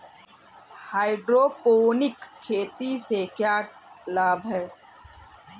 Hydroponic खेती से क्या लाभ हैं?